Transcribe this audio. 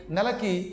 Nalaki